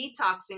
detoxing